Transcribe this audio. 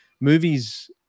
movies